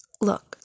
look